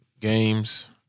Games